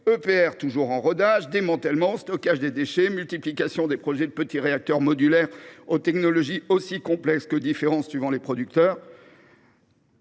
réacteurs, sans oublier le stockage des déchets et la multiplication des projets de petits réacteurs modulaires, aux technologies aussi complexes que différentes suivant les producteurs.